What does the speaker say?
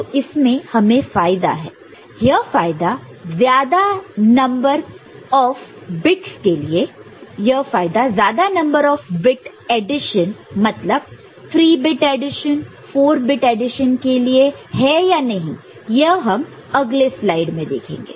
तो इसमें हमें फायदा है यह फायदा ज्यादा नंबर ऑफ बिट एडिशन मतलब 3 बिट 4 बिट के लिए है या नहीं यह हम अगले स्लाइड में देखेंगे